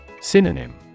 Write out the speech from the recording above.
Synonym